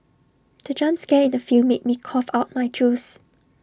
the jump scare in the film made me cough out my juice